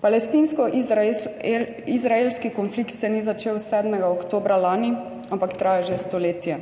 Palestinsko-izraelski konflikt se ni začel 7. oktobra lani, ampak traja že stoletje.